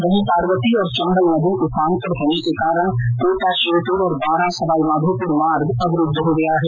वहीं पार्वती और चम्बल नदी उफान पर होने के कारण कोटा श्योपुर और बारां सवाईमाघोपुर मार्ग अवरूद्व हो गया है